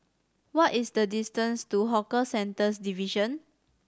what is the distance to Hawker Centres Division